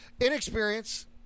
inexperience